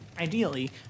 ideally